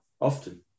often